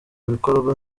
bikorwa